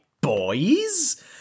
boys